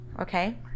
okay